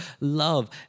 love